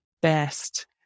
best